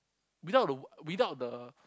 without the without the